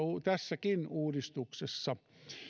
tässäkin uudistuksessa